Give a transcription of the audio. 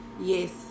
Yes